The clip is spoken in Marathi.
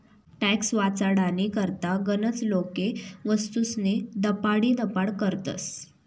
टॅक्स वाचाडानी करता गनच लोके वस्तूस्नी दपाडीदपाड करतस